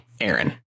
Aaron